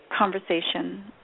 conversation